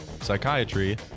psychiatry